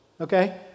okay